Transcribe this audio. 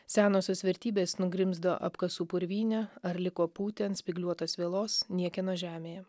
senosios vertybės nugrimzdo apkasų purvyne ar liko pūti ant spygliuotos vielos niekieno žemėje